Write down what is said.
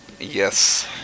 Yes